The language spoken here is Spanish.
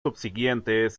subsiguientes